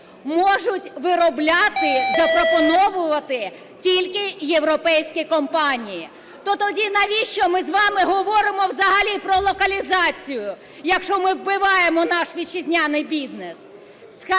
можуть виробляти запропоновувати тільки європейські компанії. То тоді навіщо ми з вами говоримо взагалі про локалізацію, якщо ми "вбиваємо наш вітчизняний бізнес?"